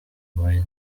boys